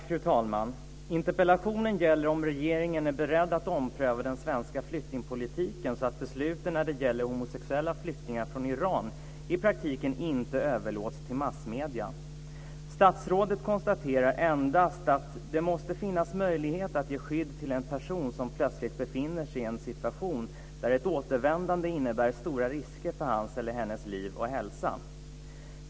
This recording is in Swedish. Fru talman! Interpellationen gäller om regeringen är beredd att ompröva den svenska flyktingpolitiken så att besluten när det gäller homosexuella flyktingar från Iran i praktiken inte överlåts till massmedierna. Statsrådet konstaterar endast att det måste finnas möjlighet att ge skydd till en person som plötsligt befinner sig i en situation där ett återvändande innebär stora risker för hans eller hennes liv och hälsa.